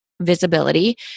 visibility